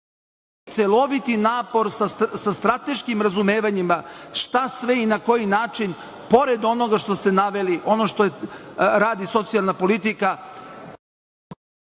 celoviti napor sa strateškim razumevanjima šta sve i na koji način pored onoga što ste naveli, ono što radi socijalna politika